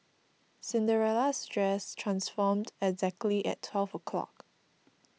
Cinderella's dress transformed exactly at twelve o' clock